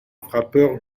frappeur